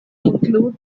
include